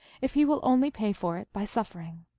if he will only pay for it by suffering.